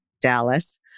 Dallas